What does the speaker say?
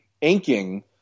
inking